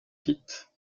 quittes